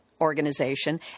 Organization